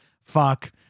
fuck